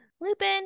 Lupin